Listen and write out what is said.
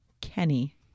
Kenny